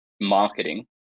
marketing